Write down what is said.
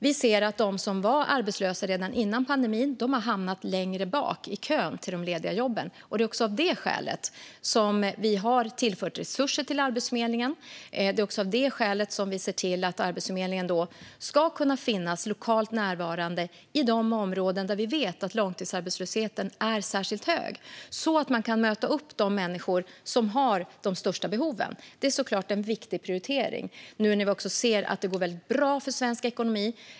Vi ser att de som var arbetslösa redan innan pandemin har hamnat längre bak i kön till de lediga jobben, och det är också av det skälet som vi har tillfört resurser till Arbetsförmedlingen. Det är också av det skälet som vi ser till att Arbetsförmedlingen ska kunna finnas lokalt närvarande i de områden där vi vet att långtidsarbetslösheten är särskilt hög, så att man kan möta upp de människor som har de största behoven. Detta är såklart en viktig prioritering när vi nu ser att det går väldigt bra för svensk ekonomi.